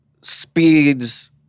speeds